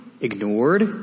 ignored